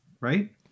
Right